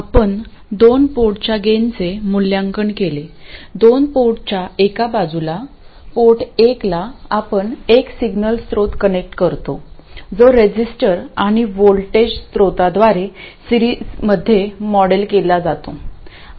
आपण दोन पोर्टच्या गेनचे मूल्यांकन केले दोन पोर्टच्या एका बाजूला पोर्ट एकला आपण एक सिग्नल स्रोत कनेक्ट करतो जो रेझिस्टर आणि व्होल्टेज स्त्रोताद्वारे सिरीजमध्ये मॉडेल केला जातो